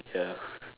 ya